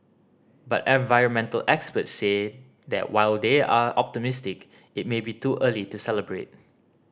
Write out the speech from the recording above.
but environmental experts say that while they are optimistic it may be too early to celebrate